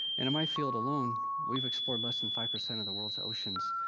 and in my field alone, we've explored less than five percent of the world's oceans,